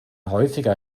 häufiger